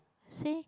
say